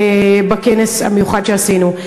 בכנס המיוחד שעשינו.